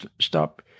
Stop